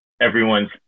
everyone's